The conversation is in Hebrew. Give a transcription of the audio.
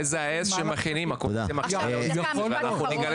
מה שאמרת מטריד